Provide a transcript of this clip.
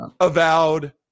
avowed